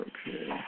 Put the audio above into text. Okay